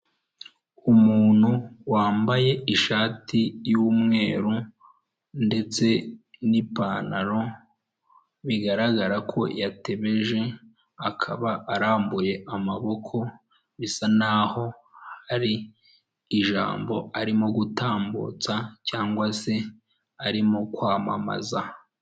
Umuntu wambaye ishati y'umweru ndetse n'ipantaro bigaragara ko yatebeje, akaba arambuye amaboko bisa naho aho hari ijambo arimo gutambutsa cyangwa se arimo kwamamaza.